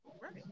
Right